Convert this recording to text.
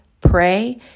Pray